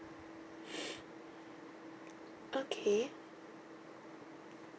okay